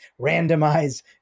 randomize